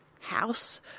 house